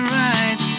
right